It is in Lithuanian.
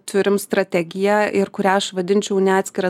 turim strategiją ir kurią aš vadinčiau ne atskira